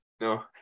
no